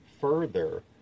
further